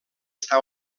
està